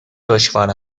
دشوار